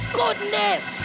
goodness